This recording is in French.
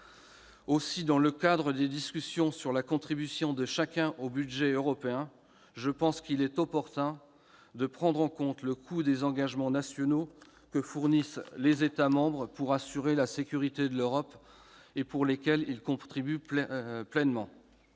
Aussi, dans le cadre des discussions sur la contribution de chacun au budget européen, je pense qu'il serait opportun de prendre en compte le coût des engagements nationaux fournis par les États membres pour assurer la sécurité de l'Europe, engagements pour lesquels leur contribution est